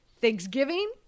Thanksgiving